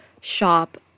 shop